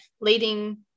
leading